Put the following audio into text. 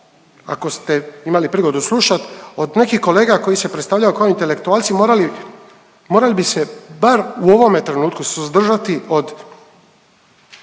ako ste imali prigodu slušat, od nekih kolega koji se predstavljaju kao intelektualci morali, morali bi se bar u ovome trenutku suzdržati od